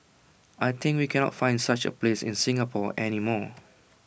I think we cannot find such A place in Singapore any more